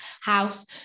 house